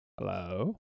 Hello